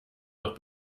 noch